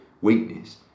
weakness